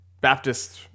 baptist